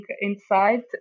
inside